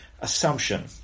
assumption